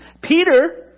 Peter